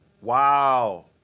Wow